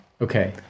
Okay